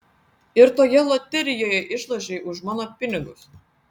ir toje loterijoje išlošei už mano pinigus